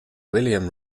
william